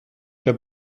der